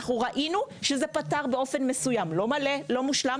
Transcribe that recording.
אנחנו ראינו שזה פתר באופן מסוים; לא באופן מושלם,